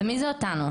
ומי זה אותנו?